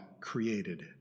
created